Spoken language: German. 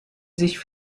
sich